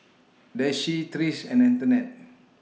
Daisye Trish and Antonette